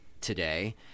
today